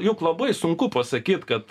juk labai sunku pasakyt kad